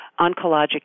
oncologic